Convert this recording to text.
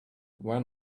went